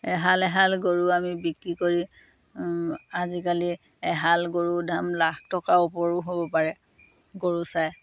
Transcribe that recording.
এহাল এহাল গৰু আমি বিক্ৰী কৰি আজিকালি এহাল গৰুৰ দাম লাখ টকাৰ ওপৰো হ'ব পাৰে গৰু চাই